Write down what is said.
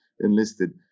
enlisted